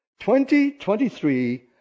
2023